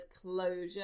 closure